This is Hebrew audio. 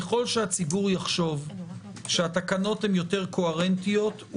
ככל שהציבור יחשוב שהתקנות הן יותר קוהרנטיות,